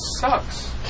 sucks